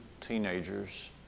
teenagers